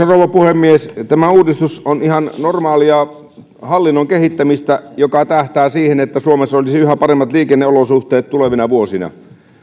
rouva puhemies tämä uudistus on ihan normaalia hallinnon kehittämistä joka tähtää siihen että suomessa olisi yhä paremmat liikenneolosuhteet tulevina vuosina